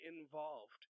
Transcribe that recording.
involved